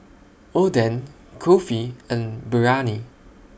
Oden Kulfi and Biryani